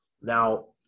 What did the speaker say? Now